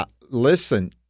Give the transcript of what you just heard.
Listen